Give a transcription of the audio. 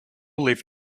live